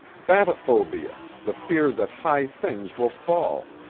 batophobia, the fear that high things will fall,